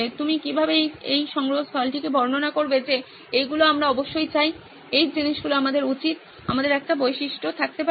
তুমি কীভাবে এই সংগ্রহস্থলটিকে বর্ণনা করবে যে এইগুলি আমরা অবশ্যই চাই এই জিনিসগুলি আমাদের উচিত আমাদের একটি বৈশিষ্ট্য থাকতে পারে